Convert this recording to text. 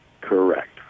Correct